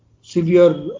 severe